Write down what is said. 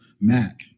Mac